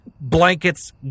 blankets